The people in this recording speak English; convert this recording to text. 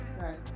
Right